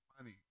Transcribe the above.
money